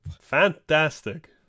Fantastic